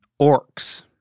Orcs